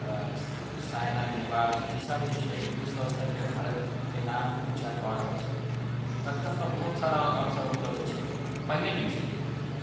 साइना नेहवाल ई सब जे छै विश्व स्तरपर भारतके नाम ऊँचा कऽ रहल छथिन तखन तऽ बहुत सारा अवसर उपलब्ध छै पहिने नहि छलैए